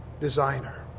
designer